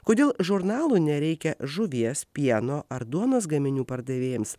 kodėl žurnalų nereikia žuvies pieno ar duonos gaminių pardavėjams